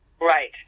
Right